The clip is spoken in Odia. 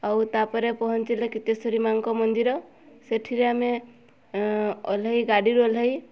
ଆଉ ତା'ପରେ ପହଁଚିଲା କିତେଶ୍ୱରୀ ମାଆଙ୍କ ମନ୍ଦିର ସେଠିରେ ଆମେ ଓଲ୍ହେଇ ଗାଡ଼ିରୁ ଓହ୍ଲେଇ